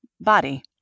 body